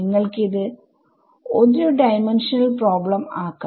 നിങ്ങൾക്കിത് 1 dimensional problem ആക്കാം